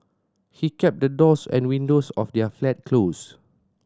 he kept the doors and windows of their flat closed